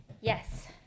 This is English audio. yes